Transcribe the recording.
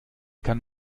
kann